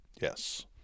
Yes